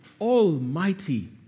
almighty